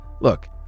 Look